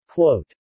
Quote